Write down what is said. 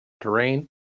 Terrain